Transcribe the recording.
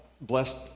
blessed